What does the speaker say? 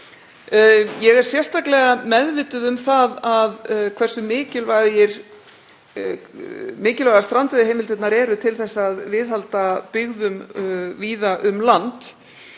Ég er sérstaklega meðvituð um hversu mikilvægar strandveiðiheimildirnar eru til að viðhalda byggðum víða um land